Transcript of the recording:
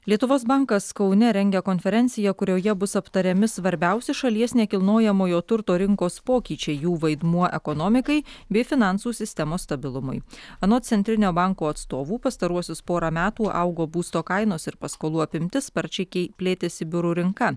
lietuvos bankas kaune rengia konferenciją kurioje bus aptariami svarbiausi šalies nekilnojamojo turto rinkos pokyčiai jų vaidmuo ekonomikai bei finansų sistemos stabilumui anot centrinio banko atstovų pastaruosius porą metų augo būsto kainos ir paskolų apimtis sparčiai kei plėtėsi biurų rinka